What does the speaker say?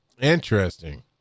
interesting